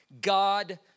God